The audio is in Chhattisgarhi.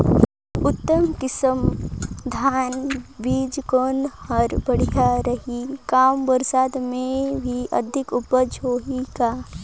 उन्नत किसम धान बीजा कौन हर बढ़िया रही? कम बरसात मे भी अधिक उपज होही का?